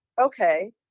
okay